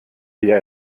wir